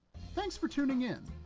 thanks for tuning in.